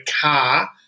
car